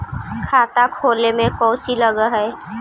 खाता खोले में कौचि लग है?